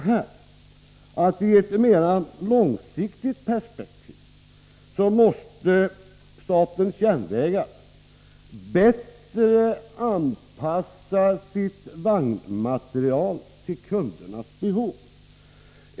I ett mera långsiktigt perspektiv måste statens järnvägar bättre anpassa sin vagnmateriel till kundernas behov.